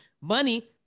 money